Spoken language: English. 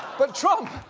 but trump.